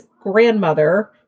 grandmother